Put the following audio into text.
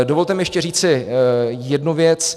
Dovolte mi ještě říci jednu věc.